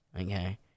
okay